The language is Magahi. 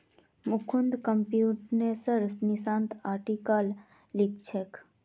मुकुंद कंप्यूटेशनल फिनांसत आर्टिकल लिखछोक